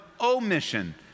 omission